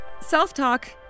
Self-talk